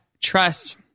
trust